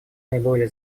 наиболее